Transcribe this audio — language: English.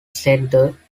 center